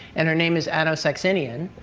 and her name is anna saxenian.